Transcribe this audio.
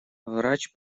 врач